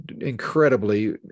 incredibly